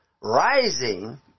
rising